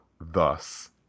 thus